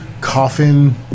Coffin